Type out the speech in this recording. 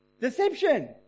Deception